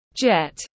Jet